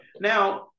now